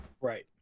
right